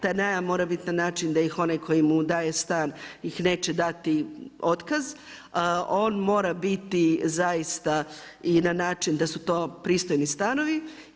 Taj najam mora bit na način da ih onaj koji mu daje stan im neće dati otkaz, on mora biti zaista i na način da su to pristojni stanovi.